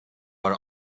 are